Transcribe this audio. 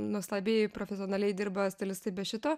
nuostabiai profesionaliai dirba stilistai be šito